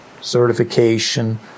certification